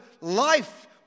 life